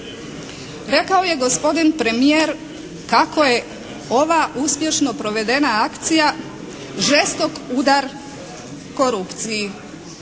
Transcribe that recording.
Rekao je gospodin premijer kako je ova uspješno provedena akcija žestok udar korupciji,